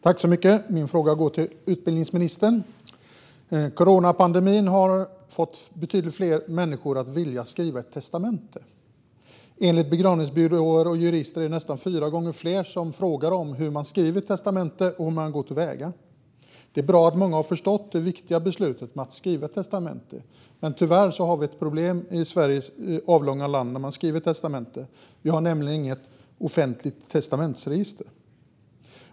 Fru talman! Min fråga går till utbildningsministern. Coronapandemin har fått betydligt fler människor att vilja skriva ett testamente. Enligt begravningsbyråer och jurister är det nästan fyra gånger fler förfrågningar om hur man går till väga med att skriva ett testamente. Det är bra att många har förstått att fatta det viktiga beslutet att skriva testamente. Men tyvärr finns ett problem i Sveriges avlånga land, nämligen att det inte finns något offentligt testamentsregister.